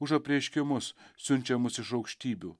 už apreiškimus siunčiamus iš aukštybių